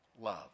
love